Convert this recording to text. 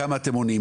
כמה אתם עונים?